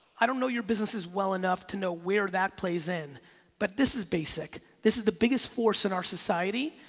i don't know your businesses well enough to know where that plays in but this is basic. this is the biggest force in our society.